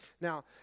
Now